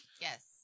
Yes